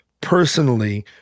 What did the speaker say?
personally